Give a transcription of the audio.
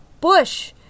Bush